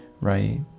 right